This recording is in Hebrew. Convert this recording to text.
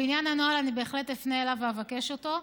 בעניין הנוהל אני בהחלט אפנה אליו ואבקש אותו.